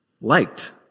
liked